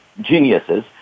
geniuses